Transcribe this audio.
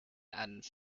and